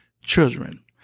children